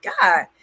God